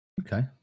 Okay